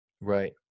Right